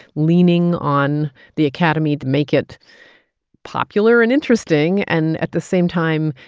leaning on the academy to make it popular and interesting and, at the same time,